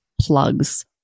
plugs